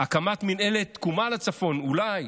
הקמת מינהלת תקומה לצפון, אולי,